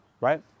right